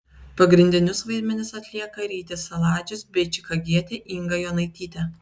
pagrindinius vaidmenis atlieka rytis saladžius bei čikagietė inga jonaitytė